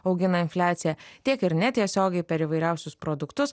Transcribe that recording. augina infliaciją tiek ir netiesiogiai per įvairiausius produktus